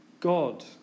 God